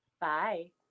bye